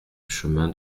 chemin